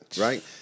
right